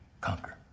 conquer